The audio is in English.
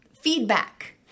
feedback